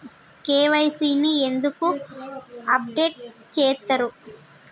KYC ని ఎందుకు update చేత్తరు?